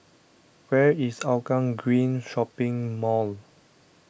where is Hougang Green Shopping Mall